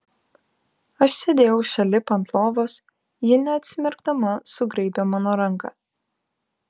aš sėdėjau šalip ant lovos ji neatsimerkdama sugraibė mano ranką